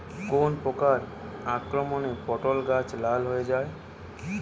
কোন প্রকার আক্রমণে পটল গাছ লাল হয়ে যায়?